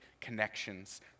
connections